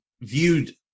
viewed